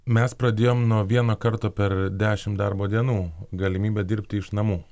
mes pradėjom nuo vieno karto per dešim darbo dienų galimybė dirbti iš namų